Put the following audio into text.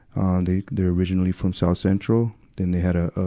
um they, they're originally from south central. then they had a,